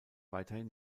weiterhin